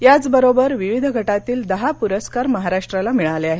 याचबरोबर विविध गटातील दहा पुरस्कार महाराष्ट्राला मिळाले आहेत